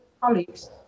colleagues